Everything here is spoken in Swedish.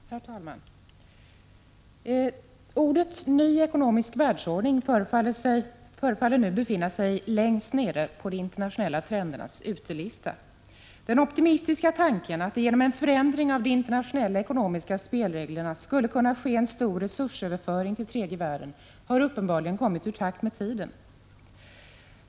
Herr talman! Begreppet ny ekonomisk världsordning förefaller nu befinna sig längst ned på de internationella trendernas utelista. Den optimistiska tanken att det genom en förändring av de internationella ekonomiska Prot. 1985/86:117 spelreglerna skulle kunna ske en stor resursöverföring till tredje världen har 16 april 1986 uppenbarligen kommit ur takt med tiden.